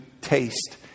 taste